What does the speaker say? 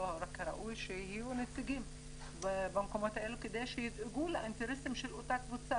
שיהיו נציגים במקומות האלה כדי שידאגו לאינטרסים של אותה קבוצה,